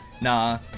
nah